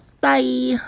Bye